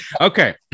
Okay